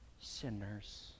sinners